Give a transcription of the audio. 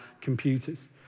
computers